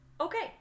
okay